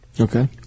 Okay